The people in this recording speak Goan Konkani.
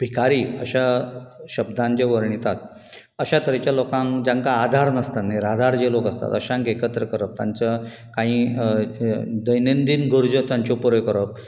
भिकारी अश्या शब्दान जे वर्णीतात अश्या थंयच्या लोकांक जांकां आधार नासता निराधार जे लोक आसतात अश्यांक एकत्र करप तांच्या काहीं दैनंदीन गरज्यो तांच्यो पुऱ्यो करप